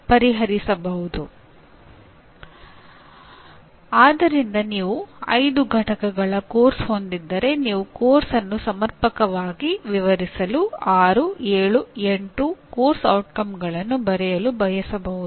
ಆದ್ದರಿಂದ ನೀವು 5 ಘಟಕಗಳ ಪಠ್ಯಕ್ರಮ ಹೊಂದಿದ್ದರೆ ನೀವು ಪಠ್ಯಕ್ರಮವನ್ನು ಸಮರ್ಪಕವಾಗಿ ವಿವರಿಸಲು 6 7 8 ಪಠ್ಯಕ್ರಮದ ಪರಿಣಾಮಗಳನ್ನು ಬರೆಯಲು ಬಯಸಬಹುದು